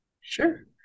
Sure